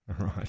Right